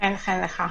חן חן לך.